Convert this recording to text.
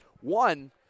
One